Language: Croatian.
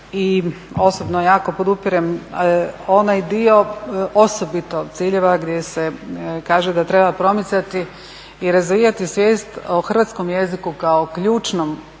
i osobno jako podupirem onaj dio osobito ciljeva gdje se kaže da treba promicati i razvijati svijest o hrvatskom jeziku kao ključnom čimbeniku